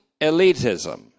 elitism